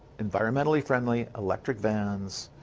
environmentally friendly electric vans